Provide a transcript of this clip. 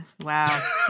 Wow